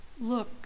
look